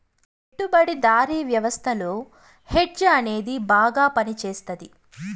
పెట్టుబడిదారీ వ్యవస్థలో హెడ్జ్ అనేది బాగా పనిచేస్తది